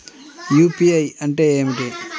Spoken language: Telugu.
యూ.పీ.ఐ అంటే ఏమిటి?